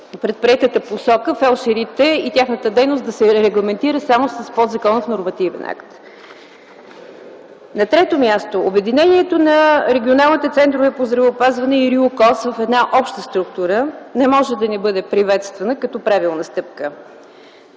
предприетата посока фелдшерите и тяхната дейност да се регламентират само с подзаконов нормативен акт. На трето място, обединението на регионалните центрове по здравеопазване и РИОКОЗ в една обща структура не може да не бъде приветствано като правилна стъпка.